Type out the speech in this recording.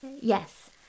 Yes